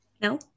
no